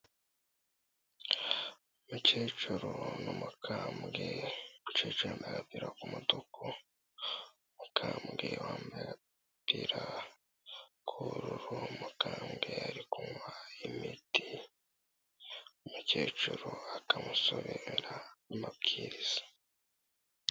Umukecuru n'umukambwe, umukecuru yambaye ugapira k'umutuku, umukambwe yambaye agapira k'ubururu, umukambwe ari kumuha imiti, umukecuru akamusomera amabwiriza.